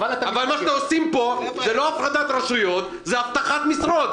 אבל מה שעושים פה הוא לא הפרדת רשויות אלא הוא הבטחת משרות,